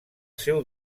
seu